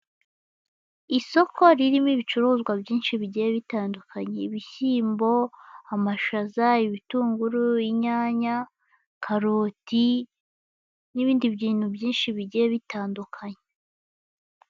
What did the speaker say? Isoko ririmo ibicuruzwa byinshi bigiye bitandukanye, ibishyimbo, amashaza, ibitunguru, inyanya, karoti n'ibindi bintu byinshi bigiye bitandukanye.